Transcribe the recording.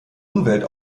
umwelt